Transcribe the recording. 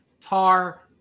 Tar